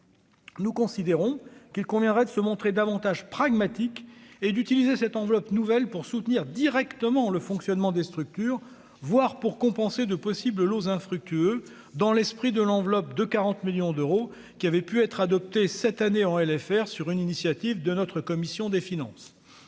Nous considérons qu'il conviendra de se montrer davantage pragmatique et d'utiliser cette enveloppe nouvelle pour soutenir directement le fonctionnement des structures, voire pour compenser de possibles aux infructueux dans l'esprit de l'enveloppe de 40 millions d'euros, qui avait pu être adopté cette année en et les faire sur une initiative de notre commission des finances,